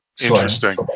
Interesting